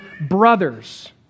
brothers